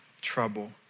trouble